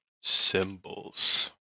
symbols